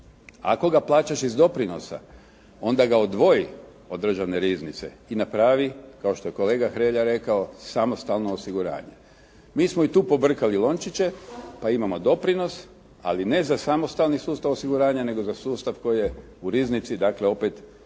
Ako ga plaćaš iz doprinosa onda ga odvoji od Državne riznice i napravi kao što je kolega Hrelja rekao, samostalno osiguranje. Mi smo i tu pobrkali lončiće pa imamo doprinos, ali ne za samostalni sustav osiguranja nego za sustav koji je u riznici, dakle opet pod